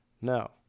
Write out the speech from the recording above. no